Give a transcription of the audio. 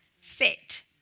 fit